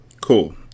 Cool